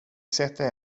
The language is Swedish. sätter